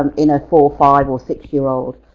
um in a four, five or six year old.